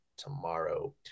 tomorrow